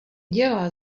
dělá